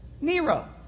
Nero